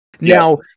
Now